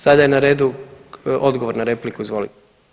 Sada je na redu, odgovor na repliku, izvolite.